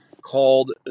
called